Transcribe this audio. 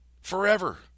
forever